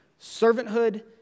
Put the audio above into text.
servanthood